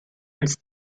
als